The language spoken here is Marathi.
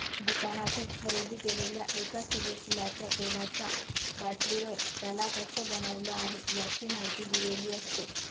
दुकानातून खरेदी केलेल्या एका सूर्यफुलाच्या तेलाचा बाटलीवर, त्याला कसं बनवलं आहे, याची माहिती दिलेली असते